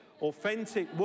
authentic